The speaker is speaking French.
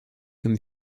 comme